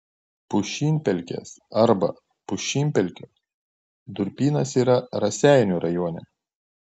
pušynpelkės arba pušynpelkio durpynas yra raseinių rajone